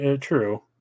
true